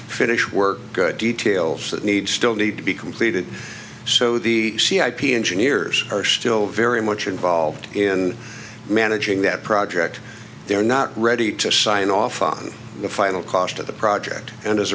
finish work details that need still need to be completed so the c i p engineers are still very much involved in managing that project they're not ready to sign off on the final cost of the project and as